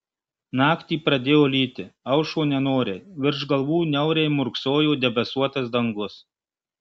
naktį pradėjo lyti aušo nenoriai virš galvų niauriai murksojo debesuotas dangus